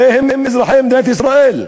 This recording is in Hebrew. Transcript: הרי הם אזרחי מדינת ישראל,